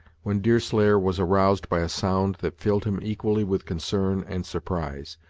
when deerslayer was aroused by a sound that filled him equally with concern and surprise.